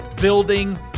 building